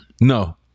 No